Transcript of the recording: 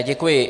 Děkuji.